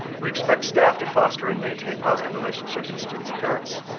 we expect staff to foster and maintain positive relationships with students and parents,